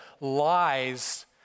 lies